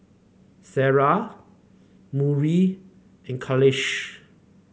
Sarah Murni and Khalish